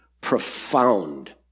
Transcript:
profound